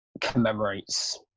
commemorates